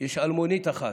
שיש אלמונית אחת,